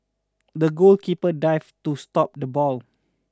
the goalkeeper dived to stop the ball